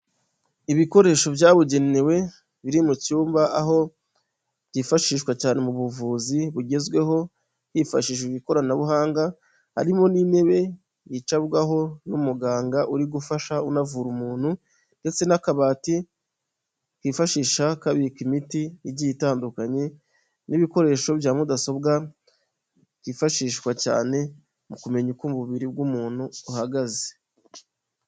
Ibikoresho byabugenewe biri mu cyumba aho byifashishwa cyane mu buvuzi bugezweho hifashishijwe ikoranabuhanga harimo n'intebe yicarwaho n'umuganga uri gufasha unavura umuntu ndetse n'akabati kifashisha kabika imiti igiye itandukanye n'ibikoresho bya mudasobwa byifashishwa cyane mu kumenya uko umubiri w'umuntu uhagaze.